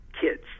kids